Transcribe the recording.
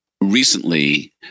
recently